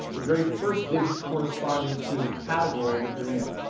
the very first digit corresponding to the category that they're in.